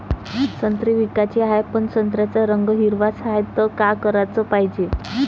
संत्रे विकाचे हाये, पन संत्र्याचा रंग हिरवाच हाये, त का कराच पायजे?